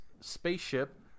spaceship